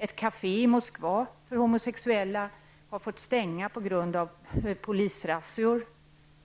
Ett kafé i Moskva för homosexuella har fått stänga på grund av polisrazzior.